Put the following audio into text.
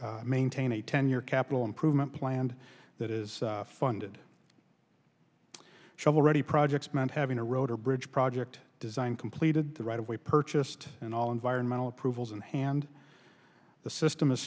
maintain a ten year capital improvement planned that is funded shovel ready projects meant having a road or bridge project design completed the right of way purchased and all environmental approvals and hand the system is